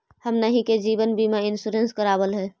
हमनहि के जिवन बिमा इंश्योरेंस करावल है?